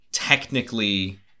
Technically